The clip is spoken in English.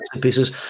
pieces